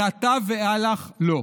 מעתה ואילך לא,